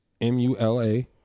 M-U-L-A